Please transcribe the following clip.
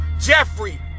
Jeffrey